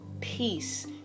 peace